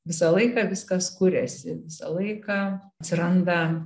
visą laiką viskas kuriasi visą laiką atsiranda